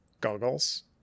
goggles